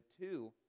two